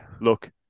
Look